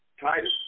Titus